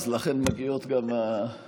אז לכן מגיעות גם התשובות במעשים.